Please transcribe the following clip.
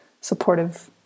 supportive